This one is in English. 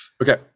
okay